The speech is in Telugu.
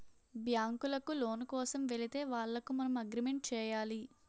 బ్యాంకులకు లోను కోసం వెళితే వాళ్లకు మనం అగ్రిమెంట్ చేయాలి